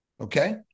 okay